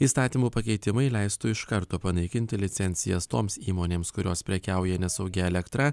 įstatymų pakeitimai leistų iš karto panaikinti licencijas toms įmonėms kurios prekiauja nesaugia elektra